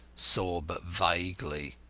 saw but vaguely.